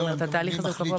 התהליך הזה קבוע בחוק.